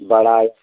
बड़ा या